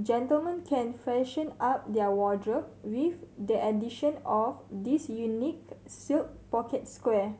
gentlemen can freshen up their wardrobe with the addition of this unique silk pocket square